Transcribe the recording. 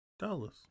Dollars